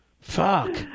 Fuck